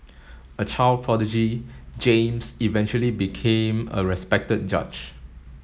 a child prodigy James eventually became a respected judge